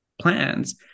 plans